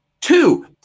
Two